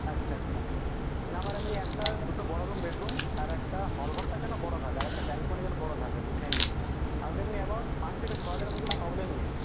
আচ্ছা আচ্ছা না আমার এমনি একটা দুটো বড়রুম বেডরুম আর একটা হলঘরটা যেন বড় থাকে আর একটা ব্যালকনি যেন বড় থাকে তো সেমনি আর তেমনি অ্যাভব পাঁচ থেকে ছ হাজারের মধ্যে কোনো প্রবলেম নেই